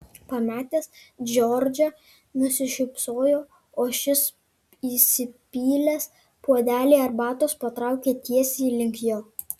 pamatęs džordžą nusišypsojo o šis įsipylęs puodelį arbatos patraukė tiesiai link jo